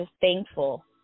thankful